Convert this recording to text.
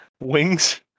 Wings